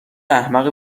احمق